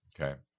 okay